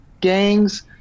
gangs